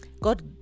god